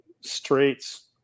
straits